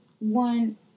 One